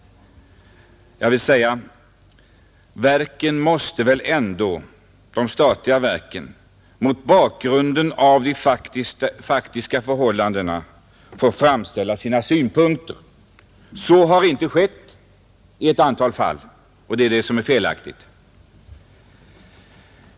Jag vill svara: De statliga verken måste väl ändå mot bakgrunden av de faktiska förhållandena få framlägga sina synpunkter. Det har de i ett antal fall inte fått göra, och det är det felaktiga.